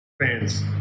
fans